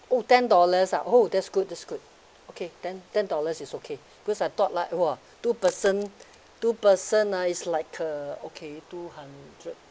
oh ten dollars ah oh that's good that's good okay then ten dollars is okay because I thought like !wah! two person two person ah is like uh okay two hundred